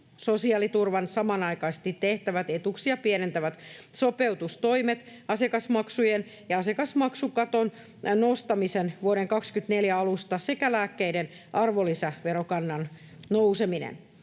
sosiaaliturvaan samanaikaisesti tehtävät etuuksia pienentävät sopeutustoimet, asiakasmaksujen ja asiakasmaksukaton nostamisen vuoden 24 alusta sekä lääkkeiden arvonlisäverokannan nousemisen.